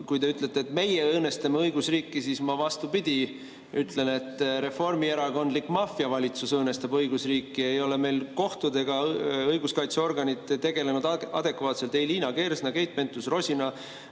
kui te ütlete, et meie õõnestame õigusriiki, siis ma, vastupidi, ütlen, et reformierakondlik maffiavalitsus õõnestab õigusriiki. Ei ole meil kohtud ega õiguskaitseorganid tegelenud adekvaatselt ei Liina Kersna, Keit Pentus-Rosina,